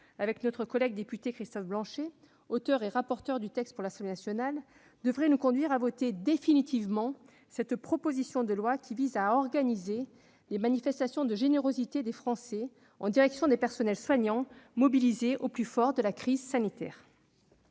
avec notre collègue député Christophe Blanchet, auteur et rapporteur du texte pour l'Assemblée nationale, devrait nous conduire à adopter définitivement cette proposition de loi, qui vise à organiser les manifestations de générosité des Français en direction des personnels soignants mobilisés au plus fort de la crise sanitaire.